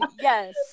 yes